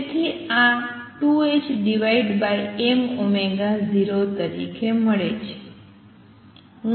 તેથી આ 2ℏm0 તરીકે મળે છે